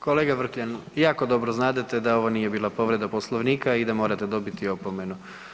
Kolega Vrkljan, jako dobro znadete da ovo nije bila povreda Poslovnika i da morate dobiti opomenu.